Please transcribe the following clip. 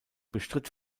bestritt